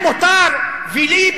להם מותר ולי,